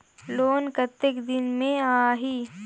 Loan कतेक दिन मे आही?